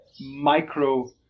micro